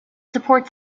support